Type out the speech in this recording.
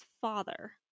father